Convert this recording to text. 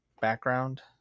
background